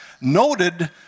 noted